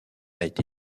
été